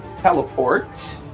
teleport